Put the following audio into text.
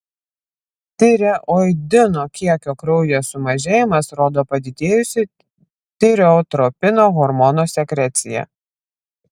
tireoidino kiekio kraujyje sumažėjimas rodo padidėjusią tireotropinio hormono sekreciją